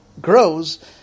grows